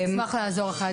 נשמח לעזור לך.